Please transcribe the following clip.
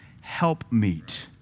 helpmeet